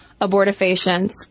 abortifacients